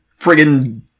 friggin